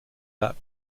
that